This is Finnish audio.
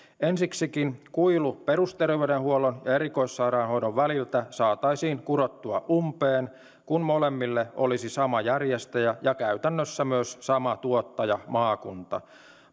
ensiksikin kuilu perusterveydenhuollon ja erikoissairaanhoidon väliltä saataisiin kurottua umpeen kun molemmille olisi sama järjestäjä ja käytännössä myös sama tuottajamaakunta